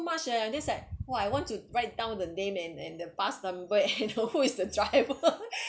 much eh and then I was like !wah! I want to write down the name and and the bus number and who is the driver